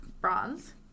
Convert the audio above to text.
Bronze